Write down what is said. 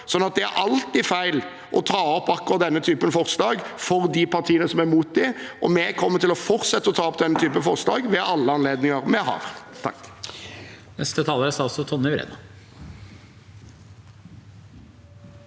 så det er alltid feil å ta opp akkurat denne typen forslag for de partiene som er mot dem. Vi kommer til å fortsette å ta opp slike forslag ved alle anledninger vi har.